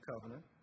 Covenant